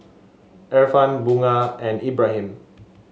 Irfan Bunga and Ibrahim